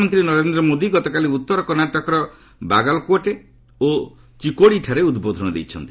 ପ୍ରଧାନମନ୍ତ୍ରୀ ନରେନ୍ଦ୍ର ମୋଦି ଗତକାଲି ଉତ୍ତର କର୍ଣ୍ଣାଟକର ବାଗାଲକୋଟେ ଓ ଚିକୋଡ଼ିଠାରେ ଉଦ୍ବୋଧନ ଦେଇଛନ୍ତି